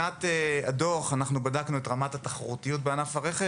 אנחנו בדקנו את רמת התחרותיות בענף הרכב